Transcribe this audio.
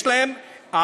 יש להם,